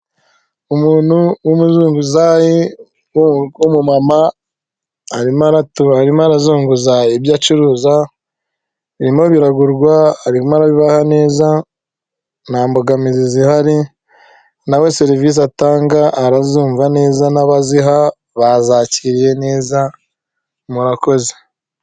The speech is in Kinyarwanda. Umuntu w'umuzunguzayi w'umumama arimo arazunguza ibyo acuruza birimo biragurwa arimo arabaha neza nta mbogamizi zihari nawe serivisi atanga arazumva neza n'abaziha bazakiriye neza murakoze.